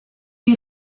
you